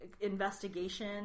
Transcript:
investigation